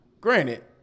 granted